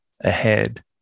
ahead